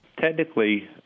Technically